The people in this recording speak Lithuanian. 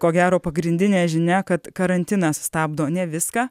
ko gero pagrindinė žinia kad karantinas stabdo ne viską